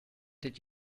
did